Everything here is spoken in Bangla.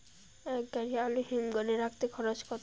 এক গাড়ি আলু হিমঘরে রাখতে খরচ কত?